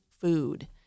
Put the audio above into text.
food